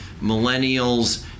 millennials